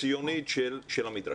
הציונית של המדרשה.